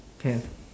can